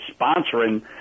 sponsoring